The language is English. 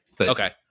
Okay